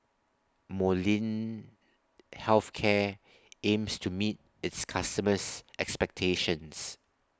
Molnylcke Health Care aims to meet its customers' expectations